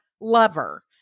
lover